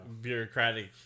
Bureaucratic